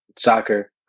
soccer